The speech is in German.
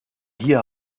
hier